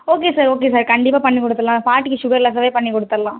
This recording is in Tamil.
ஓகே சார் ஓகே சார் கண்டிப்பாக பண்ணி கொடுத்துட்லாம் பாட்டிக்கு சுகர் லெஸ்ஸாவே பண்ணி கொடுத்துட்லாம்